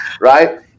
right